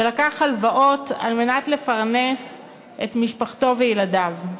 ולקח הלוואות על מנת לפרנס את משפחתו וילדיו.